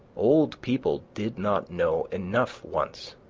old people did not know enough once,